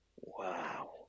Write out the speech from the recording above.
Wow